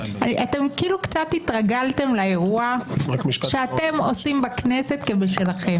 אתם כאילו קצת התרגלתם לאירוע שאתם עושים בכנסת כבשלכם.